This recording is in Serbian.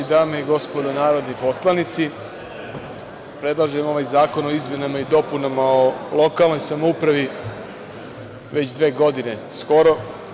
Dame i gospodo narodni poslanici, predlažem ovaj zakon o izmenama i dopunama o lokalnoj samoupravi već dve godine skoro.